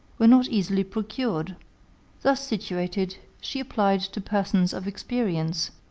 were not easily procured thus situated, she applied to persons of experience,